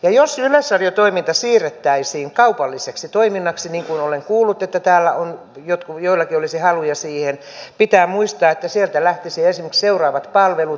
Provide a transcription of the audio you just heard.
ja jos yleisradiotoiminta siirrettäisiin kaupalliseksi toiminnaksi olen kuullut että täällä joillakin olisi haluja siihen pitää muistaa että sieltä lähtisivät esimerkiksi seuraavat palvelut